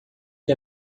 que